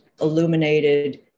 illuminated